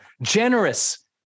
generous